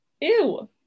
ew